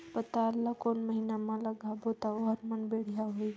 पातल ला कोन महीना मा लगाबो ता ओहार मान बेडिया होही?